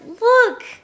Look